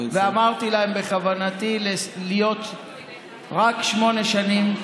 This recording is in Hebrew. אמרתי להם: בכוונתי להיות רק שמונה שנים,